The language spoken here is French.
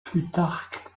plutarque